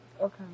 Okay